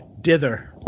dither